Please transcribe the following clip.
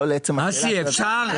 אסי, אפשר?